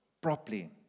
properly